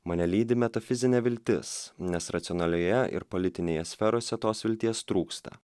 mane lydi metafizinė viltis nes racionalioje ir politinėje sferose tos vilties trūksta